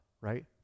right